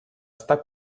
estar